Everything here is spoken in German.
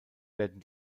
werden